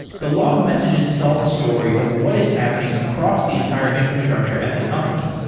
the log messages tell the story of what is happening across the entire infrastructure at the company.